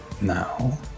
now